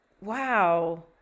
wow